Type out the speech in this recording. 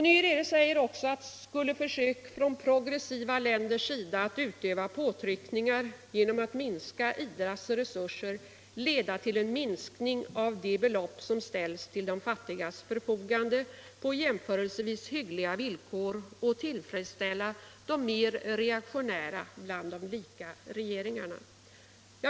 Nyerere säger också att försök från progressiva länders sida att öva påtryckningar genom att minska IDA:s resurser skulle leda till en minskning av de belopp som ställs till de fattigas förfogande på jämförelsevis hyggliga villkor och tillfredsställa de mer reaktionära bland de rika regeringarna.